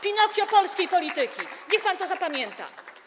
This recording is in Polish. Pinokio polskiej polityki - niech pan to zapamięta.